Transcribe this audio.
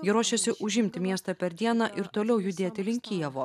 jie ruošėsi užimti miestą per dieną ir toliau judėti link kijevo